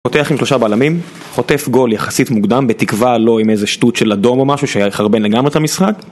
פותח עם שלושה בלמים, חוטף גול יחסית מוקדם בתקווה לא עם איזה שטות של אדום או משהו שהיה מחרבן לגמרי את המשחק